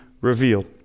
revealed